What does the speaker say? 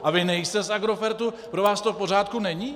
A vy nejste z Agrofertu, pro vás to v pořádku není.